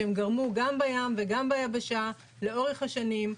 שהם גרמו גם בים וגם ביבשה לאורך השנים.